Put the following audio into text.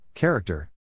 Character